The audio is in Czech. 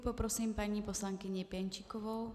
Poprosím paní poslankyni Pěnčíkovou.